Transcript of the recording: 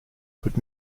could